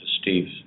Steve